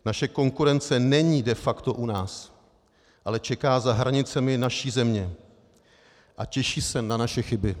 Naše konkurence není de facto u nás, ale čeká za hranicemi naší země a těší se na naše chyby.